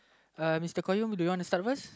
uh Mister Qayyum do you want start first